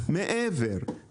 מעבר,